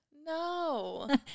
no